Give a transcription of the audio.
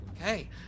Okay